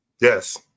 Yes